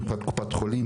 מבחינת קופת חולים,